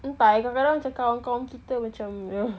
entah macam kadang kadang kawan kita macam